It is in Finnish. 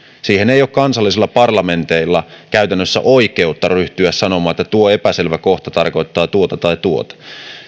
siihen ei ole kansallisilla parlamenteilla käytännössä oikeutta ryhtyä sanomaan että tuo epäselvä kohta tarkoittaa tuota tai tuota